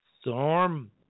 Storm